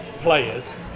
players